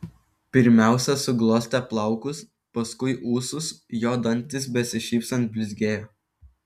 pirmiausia suglostė plaukus paskui ūsus jo dantys besišypsant blizgėjo